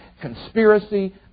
Conspiracy